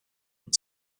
hand